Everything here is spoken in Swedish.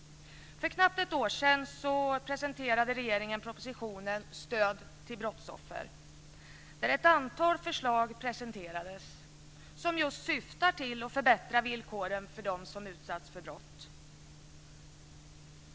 För knappt ett år sedan presenterade regeringen sin proposition Stöd till brottsoffer med ett antal förslag som just syftar till att förbättra villkoren för dem som utsatts för brott.